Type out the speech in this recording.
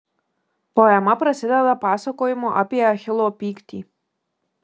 poema prasideda pasakojimu apie achilo pyktį